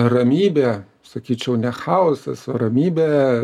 ramybė sakyčiau ne chaosas o ramybė